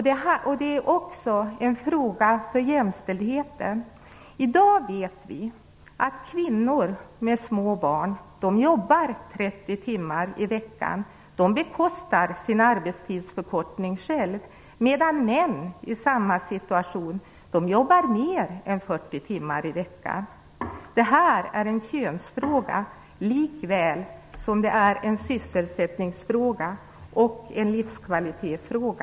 Det är också en fråga om jämställdhet. I dag vet vi att kvinnor med små barn jobbar 30 timmar i veckan. De bekostar sin arbetstidsförkortning själv medan män i samma situation jobbar mer än 40 timmar i veckan. Detta är en en könsfråga likväl som det är en sysselsättningsfråga och en livskvalitetsfråga.